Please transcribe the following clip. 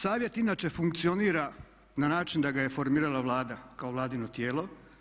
Savjet inače funkcionira na način da ga je formirala Vlada kao vladino tijelo.